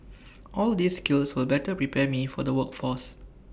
all these skills will better prepare me for the workforce